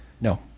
No